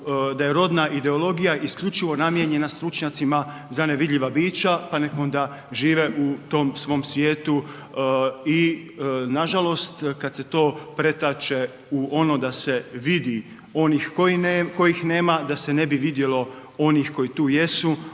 da je rodna ideologija isključivo namijenjena stručnjacima za nevidljiva bića pa nek onda žive u tom svom svijetu i nažalost kad se to pretače u ono da se vidi onih kojih nema, da se ne bi vidjelo onih koji tu jesu